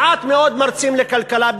מעט מאוד מרצים לכלכלה,